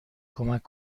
کمک